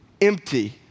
empty